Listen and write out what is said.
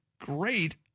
great